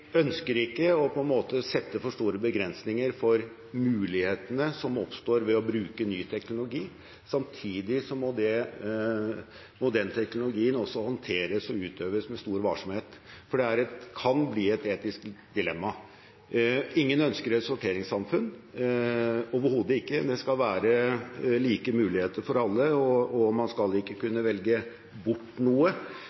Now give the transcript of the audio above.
ønsker ikke å sette for store begrensninger på mulighetene som oppstår ved å bruke ny teknologi. Samtidig må den teknologien også håndteres og utøves med stor varsomhet, for det kan bli et etisk dilemma. Ingen ønsker et sorteringssamfunn, overhodet ikke. Det skal være like muligheter for alle, og man skal ikke